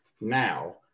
now